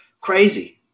crazy